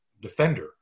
defender